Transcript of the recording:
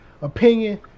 opinion